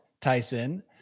Tyson